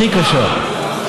הכי קשה.